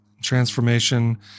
transformation